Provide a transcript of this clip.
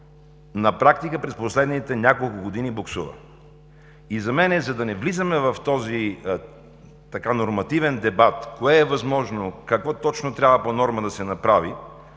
на практика през последните няколко години буксува. За да не влизаме в този нормативен дебат – кое е възможно, какво точно трябва по норма да се направи,